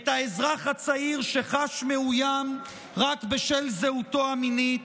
את האזרח הצעיר שחש מאוים רק בשל זהותו המינית,